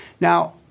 Now